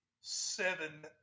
Seven